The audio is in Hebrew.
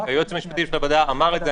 היועץ המשפטי של הוועדה אמר את זה,